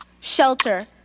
shelter